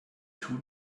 two